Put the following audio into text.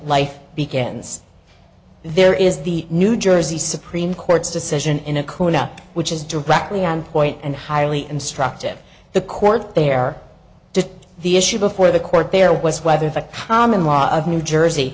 life begins there is the new jersey supreme court's decision in a corner up which is directly on point and highly instructive the court there to the issue before the court there was whether the common law of new jersey